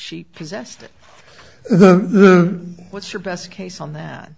it what's your best case on that